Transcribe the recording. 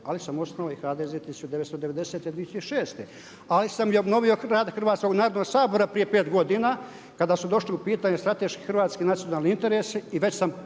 ali sam osnovao i HDZ 1990-2006, ali sam i obnovio rad Hrvatskog narodnog sabora prije 5 godina kada su došli u pitanje strateški hrvatski nacionalni interesi i već sam